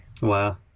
Wow